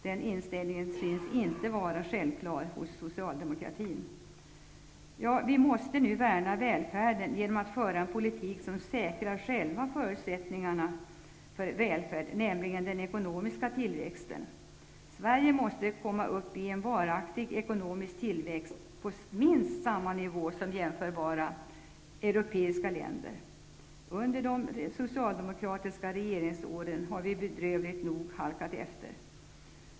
Den inställningen synes inte vara självklar hos Vi måste nu värna välfärden genom att föra en politik som säkrar själva förutsättningarna för välfärd. Det handlar då om ekonomisk tillväxt. Sverige måste nå en varaktig ekonomisk tillväxt, dvs. komma upp till samma nivå som åtminstone jämförbara europeiska länder uppnått. Under de socialdemokratiska regeringsåren har vi, bedrövligt nog, halkat efter.